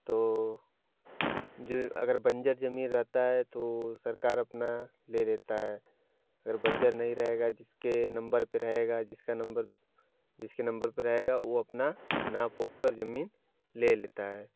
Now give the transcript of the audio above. तो जो अगर बंजर जमीन रहता है तो सरकार अपना ले लेता है अगर बंजर नहीं रहेगा जिसके नंबर पे रहेगा जिसका नंबर जिसके नंबर पे रहेगा वो अपना नाप उपकर जमान ले लेता है